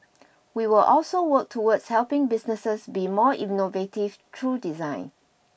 we will also work towards helping businesses be more innovative through design